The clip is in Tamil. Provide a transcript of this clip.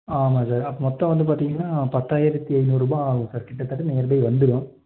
ஆமாம் சார் மொத்தம் வந்து பார்த்தீங்கன்னா பத்தாயிரத்தி ஐநூறுரூபா ஆகும் சார் கிட்டத்தட்ட நியர்லி வந்துடும்